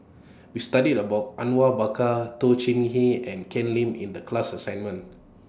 We studied about Awang Bakar Toh Chin Chye and Ken Lim in The class assignment